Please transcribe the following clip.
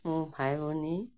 মোৰ ভাই ভনী